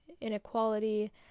inequality